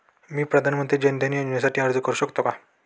मी प्रधानमंत्री जन विकास योजनेसाठी अर्ज करू शकतो का?